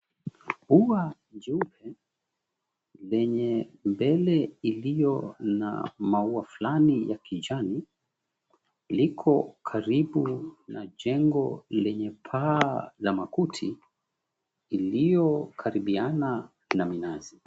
Ua jeupe lenye mbele iliyo na maua fulani ya kijani, liko karibu na jengo lenye paa la makuti iliyokaribiana na minazi.